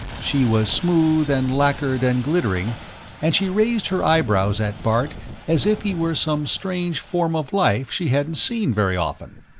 she was smooth and lacquered and glittering and she raised her eyebrows at bart as if he were some strange form of life she hadn't seen very often.